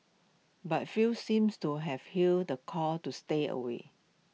but few seemed to have heeded the call to stay away